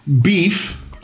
Beef